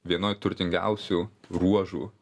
vienoj turtingiausių ruožų